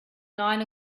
nine